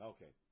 Okay